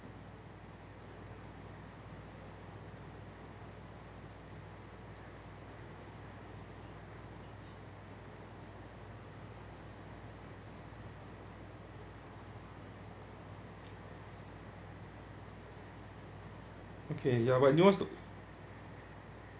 okay ya but you know what's the